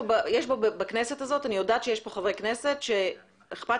אני יודעת שיש בכנסת הזו חברי כנסת שאכפת